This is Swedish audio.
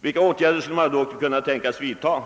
Vilka åtgärder skulle man då kunna tänkas vidta?